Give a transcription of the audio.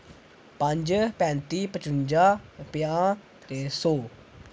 पंज पैंत्ती पचुंजा पंजाह ते सौ